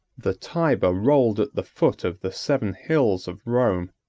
the tyber rolled at the foot of the seven hills of rome,